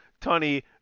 Tony